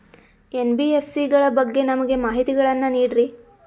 NBFC ಗಳ ಬಗ್ಗೆ ನಮಗೆ ಮಾಹಿತಿಗಳನ್ನ ನೀಡ್ರಿ?